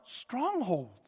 strongholds